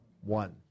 one